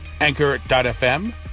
Anchor.fm